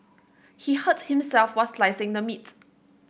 he hurt himself while slicing the meat